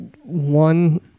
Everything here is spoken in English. one